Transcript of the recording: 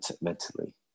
mentally